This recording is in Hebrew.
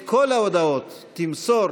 את כל ההודעות תמסור